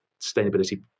sustainability